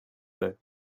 plait